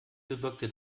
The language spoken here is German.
bewirkte